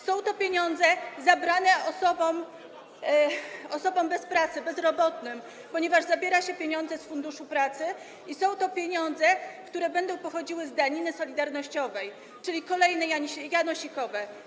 Są to pieniądze zabrane osobom bez pracy, bezrobotnym, ponieważ zabiera się pieniądze z Funduszu Pracy, i są to pieniądze, które będą pochodziły z daniny solidarnościowej, czyli kolejne janosikowe.